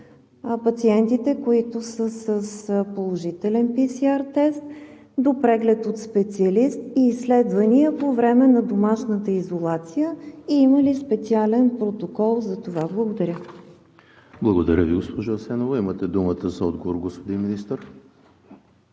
пациентите, които са с положителен PCR тест, до преглед от специалисти и изследвания по време на домашната изолация? Има ли специален протокол за това? Благодаря. ПРЕДСЕДАТЕЛ ЕМИЛ ХРИСТОВ: Благодаря, госпожо Асенова Имате думата за отговор, господин Министър.